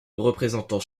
représentant